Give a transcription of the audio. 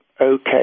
okay